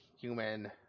human